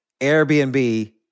Airbnb